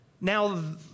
Now